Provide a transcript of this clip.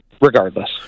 regardless